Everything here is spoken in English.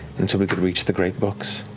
until we could reach the great books,